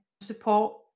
support